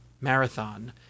marathon